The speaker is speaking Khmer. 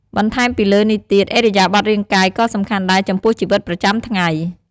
បន្ថែមពីលើនេះទៀត ឥរិយាបថរាងកាយក៏សំខាន់ដែរចំពោះជីវិតប្រចាំថ្ងៃ។